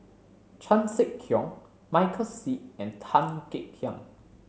Chan Sek Keong Michael Seet and Tan Kek Hiang